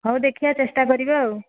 ହଉ ଦେଖିବା ଚେଷ୍ଟା କରିବା ଆଉ